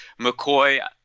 mccoy